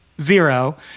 zero